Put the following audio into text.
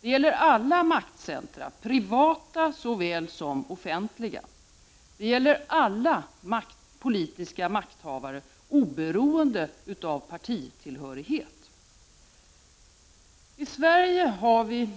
Det gäller alla maktcentra, privata såväl som offentliga. Det gäller alla politiska makthavare oberoende av partitillhörighet. I Sverige har vi